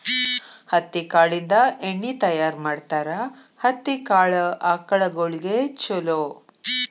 ಹತ್ತಿ ಕಾಳಿಂದ ಎಣ್ಣಿ ತಯಾರ ಮಾಡ್ತಾರ ಹತ್ತಿ ಕಾಳ ಆಕಳಗೊಳಿಗೆ ಚುಲೊ